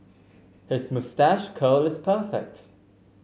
his moustache curl is perfect